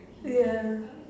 ya